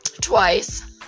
twice